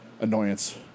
annoyance